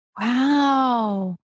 Wow